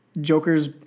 Joker's